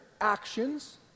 actions